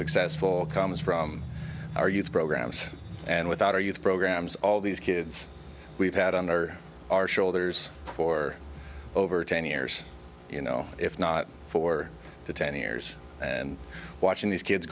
successful comes from our youth programs and with our youth programs all these kids we've had under our shoulders for over ten years you know if not for the ten years and watching these kids